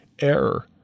error